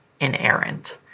inerrant